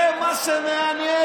זה מה שמעניין.